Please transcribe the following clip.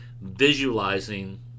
visualizing